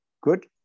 good